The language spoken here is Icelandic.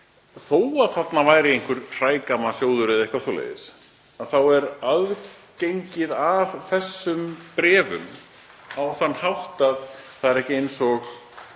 þó að þarna væri einhver hrægammasjóður eða eitthvað svoleiðis þá er aðgengið að þessum bréfum þannig að það er ekki eins og